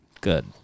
Good